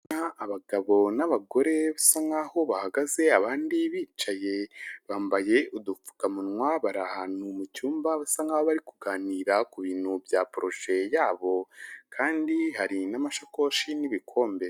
Abagabo n’abagore basa nkaho bahagaze, abandi bicaye bambaye udupfukamunwa. bari ahantu mu cyumba basa nkaho bari kuganira ku bintu bya poroject (umushinga) yabo, kandi hari n'amashakoshi n'ibikombe.